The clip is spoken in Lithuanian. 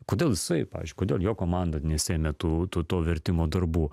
kodėl jisai pavyzdžiui kodėl jo komanda nesiėmė tų tų tų vertimo darbų